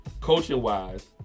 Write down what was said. coaching-wise